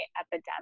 epidemic